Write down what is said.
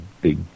big